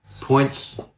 points